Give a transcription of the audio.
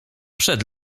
przed